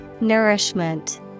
Nourishment